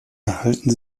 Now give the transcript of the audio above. erhalten